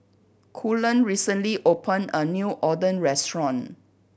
Cullen recently opened a new Oden restaurant